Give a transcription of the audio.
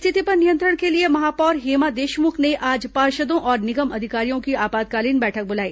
स्थिति पर नियंत्रण के लिए महापौर हेमा देशमुख ने आज पार्षदों और निगम अधिकारियों की आपातकालीन बैठक बुलाई